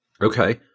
Okay